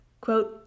quote